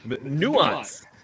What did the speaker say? nuance